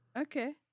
Okay